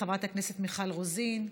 חברת הכנסת מיכל רוזין,